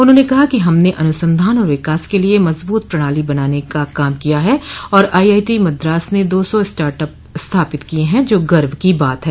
उन्होंने कहा कि हमने अनुसंधान और विकास के लिए मजबूत प्रणाली बनाने का काम किया है और आईआईटी मद्रास ने दो सौ स्टार्टअप स्थापित किये हैं जो गर्व की बात है